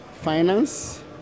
finance